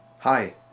Hi